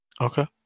Okay